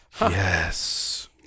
Yes